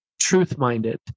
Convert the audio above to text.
truth-minded